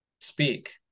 speak